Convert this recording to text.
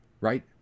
right